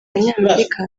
banyamerika